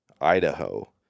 Idaho